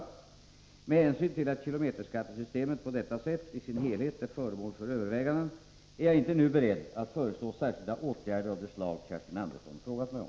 Med hänsyn till att kilometerskattesystemet på detta sätt i sin helhet är Om beskattningen föremål för överväganden är jag inte nu beredd att föreslå särskilda åtgärder av dieseldrivna forav det slag Kerstin Andersson frågat mig om.